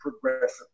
progressive